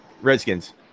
Redskins